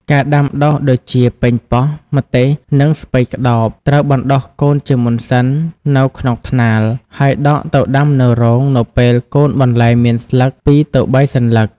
ការដាំដុះដូចជា ប៉េងប៉ោះ ម្ទេស និង ស្ពៃក្ដោប ត្រូវបណ្ដុះកូនជាមុនសិននៅក្នុងថ្នាល ហើយដកទៅដាំនៅរងនៅពេលកូនបន្លែមានស្លឹក ២ ទៅ ៣ សន្លឹក។